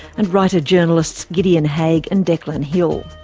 and writer journalists, gideon haigh and declan hill.